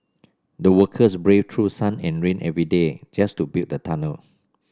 the workers braved through sun and rain every day just to build the tunnel